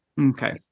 Okay